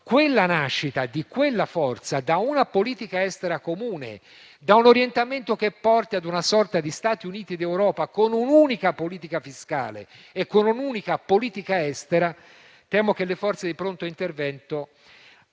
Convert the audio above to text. la nascita di quella forza da una politica estera comune e da un orientamento che porti a una sorta di Stati Uniti d'Europa, con un'unica politica fiscale e un'unica politica estera, temo che le forze di pronto intervento